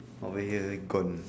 over here already gone